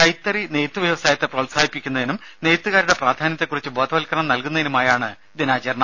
കൈത്തറി നെയ്ത്തു വ്യവസായത്തെ പ്രോത്സാഹിപ്പിക്കുന്നതിനും നെയ്ത്തുകാരുടെ പ്രാധാന്യത്തെക്കുറിച്ച് ബോധവൽക്കരണം നൽകുന്നതിനുമായാണ് ദിനാചരണം